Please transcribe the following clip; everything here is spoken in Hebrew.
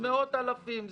מאות אלפים.